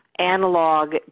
analog